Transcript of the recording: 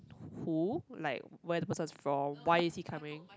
who like where the person is from why is he coming